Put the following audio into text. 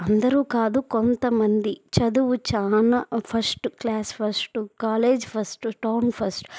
అందరూ కాదు కొంతమంది చదువు చాలా first class first college first town first